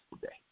today